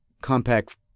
compact